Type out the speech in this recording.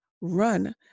run